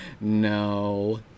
no